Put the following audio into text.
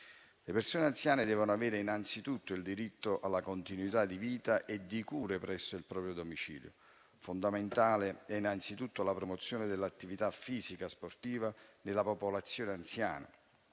Le persone anziane devono avere, innanzitutto, il diritto alla continuità di vita e di cure presso il proprio domicilio. Fondamentale è innanzitutto la promozione dell'attività fisica e sportiva della popolazione anziana,